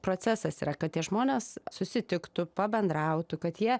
procesas yra kad tie žmonės susitiktų pabendrautų kad jie